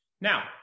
Now